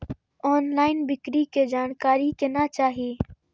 Online बिक्री के जानकारी केना चाही?